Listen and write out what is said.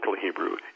Hebrew